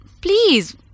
Please